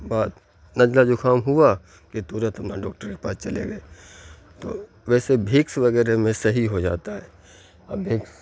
بات نزلہ زُخام ہوا کہ تُرنت اپنا ڈاکٹر کے پاس چلے گئے تو ویسے وکس وغیرہ میں صحیح ہو جاتا ہے اب وکس